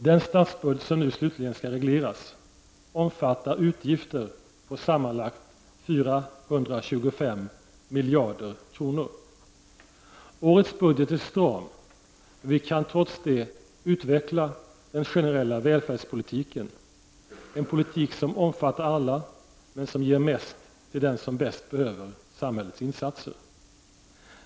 Den statsbudget, som nu slutligen skall regleras, omfattar utgifter på sammanlagt 425 miljarder kronor. Årets budget är stram, men vi kan trots det utveckla den generella välfärdspolitiken, en politik som omfattar alla, men som ger mest till dem som bäst behöver samhällets insatser.